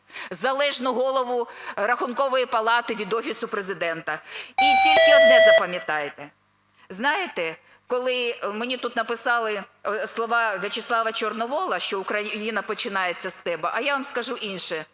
залежну Голову Рахункової палати від Офісу Президента. І тільки одне запам'ятайте. Знаєте, коли мені тут написали слова В'ячеслава Чорновола, що Україна починається з тебе, а я вам скажу інше: